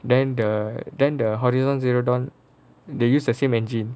then the then the horizon zero dawn they use the same engine